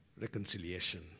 reconciliation